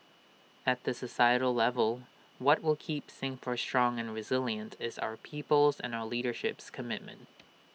at the societal level what will keep Singapore strong and resilient is our people's and our leadership's commitment